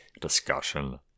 discussion